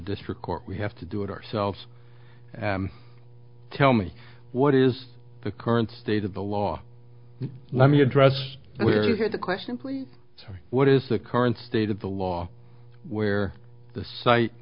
district court we have to do it ourselves tell me what is the current state of the law let me address we're here the question please tell me what is the current state of the law where the site